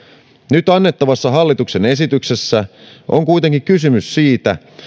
nyt annettavassa hallituksen esityksessä on kuitenkin kysymys siitä